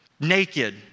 naked